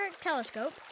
telescope